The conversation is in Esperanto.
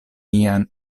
nian